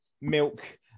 milk